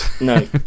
No